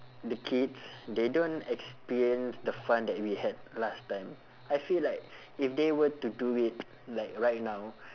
the kids they don't experience the fun that we had last time I feel like if they were to do it like right now